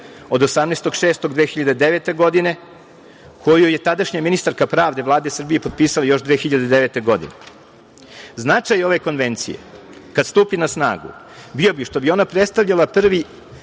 od 18. juna 2009. godine, koju je tadašnja ministarka pravde Vlade Srbije potpisala još 2009. godine. Značaj ove konvencije, kada stupi na snagu, bio bi što bi ona predstavljala prvi